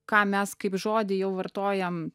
ką mes kaip žodį jau vartojam